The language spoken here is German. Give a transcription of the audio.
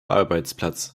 arbeitsplatz